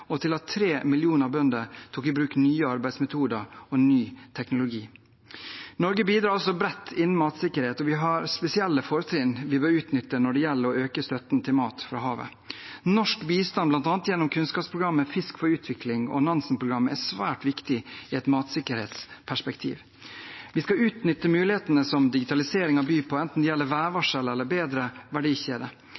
og til at 3 millioner bønder tok i bruk nye arbeidsmetoder og ny teknologi. Norge bidrar bredt innen matsikkerhet, og vi har spesielle fortrinn vi bør utnytte når det gjelder å øke støtten til mat fra havet. Norsk bistand, bl.a. gjennom kunnskapsprogrammet Fisk for utvikling og Nansenprogrammet, er svært viktig i et matsikkerhetsperspektiv. Vi skal utnytte mulighetene som digitaliseringen byr på, enten det gjelder